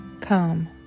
come